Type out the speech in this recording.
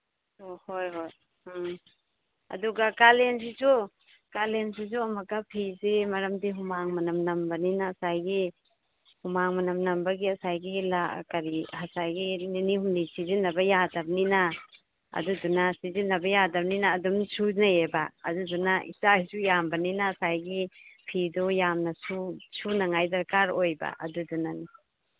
ꯑꯣ ꯍꯣꯏ ꯍꯣꯏ ꯎꯝ ꯑꯗꯨꯒ ꯀꯥꯂꯦꯟꯁꯤꯁꯨ ꯀꯥꯂꯦꯟꯁꯤꯁꯨ ꯑꯃꯨꯛꯀ ꯐꯤꯁꯤ ꯃꯔꯝꯗꯤ ꯍꯨꯃꯥꯡ ꯃꯅꯝ ꯅꯝꯕꯅꯤꯅ ꯉꯁꯥꯏꯒꯤ ꯍꯨꯃꯥꯡ ꯃꯅꯝ ꯅꯝꯕꯒꯤ ꯉꯁꯥꯏꯒꯤ ꯉꯁꯥꯏꯒꯤ ꯅꯤꯅꯤ ꯍꯨꯝꯅꯤ ꯁꯤꯖꯤꯟꯅꯕ ꯌꯥꯗꯕꯅꯤꯅ ꯑꯗꯨꯗꯨꯅ ꯁꯤꯖꯤꯟꯅꯕ ꯌꯥꯗꯕꯅꯤꯅ ꯑꯗꯨꯝ ꯁꯨꯖꯩꯌꯦꯕ ꯑꯗꯨꯗꯨꯅ ꯏꯆꯥ ꯏꯁꯨ ꯌꯥꯝꯕꯅꯤꯅ ꯉꯥꯁꯏꯒꯤ ꯐꯤꯗꯣ ꯌꯥꯝꯅꯁꯨ ꯁꯨꯅꯉꯥꯏ ꯗꯔꯀꯥꯔ ꯑꯣꯏꯕ ꯑꯗꯨꯗꯨꯅꯅꯤ